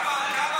כמה חיילים,